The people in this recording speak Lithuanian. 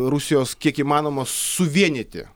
rusijos kiek įmanoma suvienyti